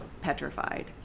petrified